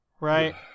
right